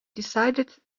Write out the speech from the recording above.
decided